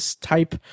type